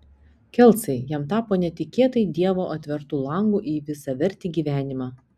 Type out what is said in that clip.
kelcai jam tapo netikėtai dievo atvertu langu į visavertį gyvenimą